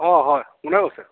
অঁ হয় কোনে কৈছে